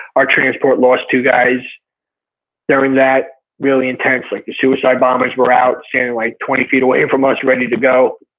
our transport, lost two guys during that. really intense, like the suicide bombers were out standing like twenty feet away and from us ready to go.